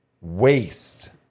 waste